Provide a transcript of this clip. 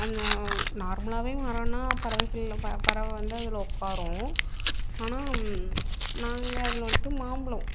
அந்த நார்மலாகவே மரம்னா பறவைகள் பறவை வந்து அதில் உக்காரும் ஆனால் நாங்கள் அதில் வந்துட்டு மாம்பழம்